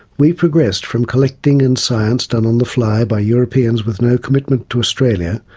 we progressed from collecting and science done on the fly by europeans with no commitment to australia,